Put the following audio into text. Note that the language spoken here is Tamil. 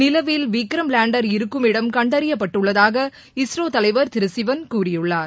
நிலவில் விக்ரம் லேண்டர் இருக்குமிடம் கண்டறியப்பட்டுள்ளதாக இஸ்ரோ தலைவர் திரு சிவன் கூறியுள்ளார்